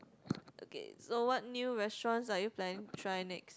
okay so what new restaurants are you planning to try next